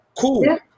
Cool